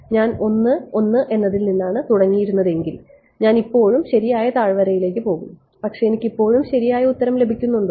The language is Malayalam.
ഞാൻ ഒന്ന് ഒന്ന് എന്നതിൽ നിന്നാണ് തുടങ്ങിയിരുന്നെങ്കിൽ ഞാൻ ഇപ്പോഴും ശരിയായ താഴ്വരയിലേക്ക് പോകും പക്ഷേ എനിക്ക് ഇപ്പോഴും ശരിയായ ഉത്തരം ലഭിക്കുന്നുണ്ടോ